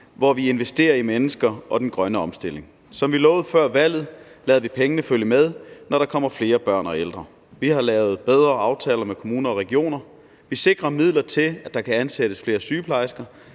hvor vi investerer i mennesker og den grønne omstilling. Som vi lovede før valget, lader vi pengene følge med, når der kommer flere børn og ældre. Vi har lavet bedre aftaler med kommuner og regioner; vi sikrer midler til, at der kan ansættes flere sygeplejersker;